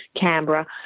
Canberra